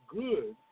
good